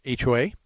HOA